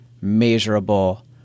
measurable